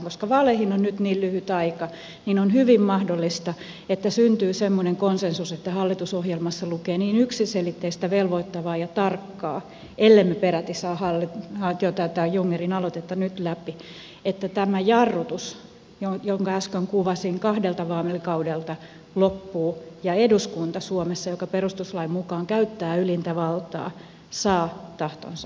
koska vaaleihin on nyt niin lyhyt aika niin on hyvin mahdollista että syntyy semmoinen konsensus että hallitusohjelmassa lukee niin yksiselitteistä velvoittavaa ja tarkkaa tekstiä ellemme peräti saa tätä jungnerin aloitetta nyt läpi että tämä jarrutus jonka äsken kuvasin kahdelta vaalikaudelta loppuu ja eduskunta suomessa joka perustuslain mukaan käyttää ylintä valtaa saa tahtonsa läpi